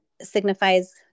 signifies